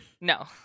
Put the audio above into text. No